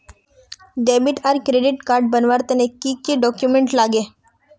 Debit आर credit card बनवार तने की की डॉक्यूमेंट लागे?